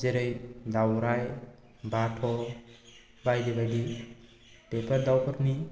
जेरै दावराय बाथ' बायदि बायदि बेफोर दावफोरनि